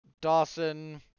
Dawson